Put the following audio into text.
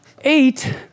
eight